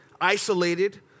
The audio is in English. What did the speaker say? isolated